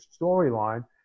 storyline